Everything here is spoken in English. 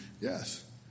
Yes